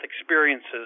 experiences